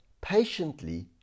patiently